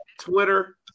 Twitter